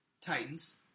Titans